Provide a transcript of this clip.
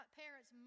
parents